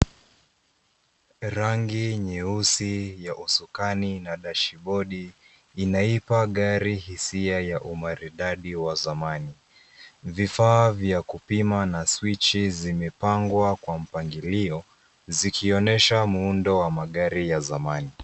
Rangi nyeusi ya usukani na dashibodi inaipa gari hisia ya umaridadi wa zamani. Vifaa vya kupima na swichi zimepangwa kwa mpangilio, zikionyesha muundo wa magari ya zamani.